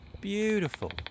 Beautiful